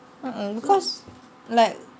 uh uh because like